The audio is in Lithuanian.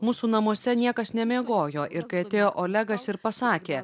mūsų namuose niekas nemiegojo ir kai atėjo olegas ir pasakė